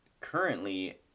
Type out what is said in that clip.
currently